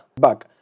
back